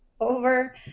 over